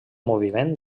moviment